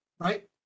Right